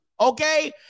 okay